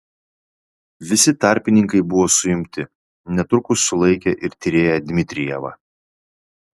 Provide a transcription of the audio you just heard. visi tarpininkai buvo suimti netrukus sulaikė ir tyrėją dmitrijevą